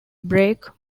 break